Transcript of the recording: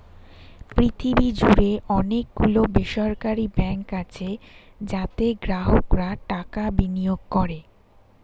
পৃথিবী জুড়ে অনেক গুলো বেসরকারি ব্যাঙ্ক আছে যাতে গ্রাহকরা টাকা বিনিয়োগ করে